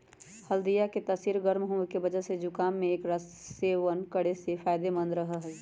हल्दीया के तासीर गर्म होवे के वजह से जुकाम में एकरा सेवन करे से फायदेमंद रहा हई